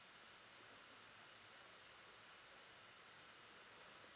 the